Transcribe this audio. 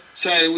say